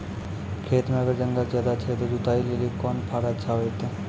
खेत मे अगर जंगल ज्यादा छै ते जुताई लेली कोंन फार अच्छा होइतै?